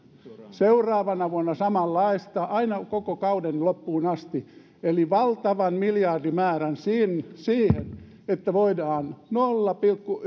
seuraavana vuonna on samanlaista aina koko kauden loppuun asti eli valtavan miljardimäärän siihen että voidaan nolla pilkku